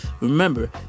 remember